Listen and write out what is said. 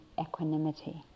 equanimity